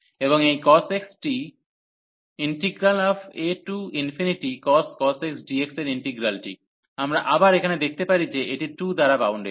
এবং এই cos x টি acos x dx এর ইন্টিগ্রালটি আমরা আবার এখানে দেখাতে পারি যে এটি 2 দ্বারা বাউন্ডেড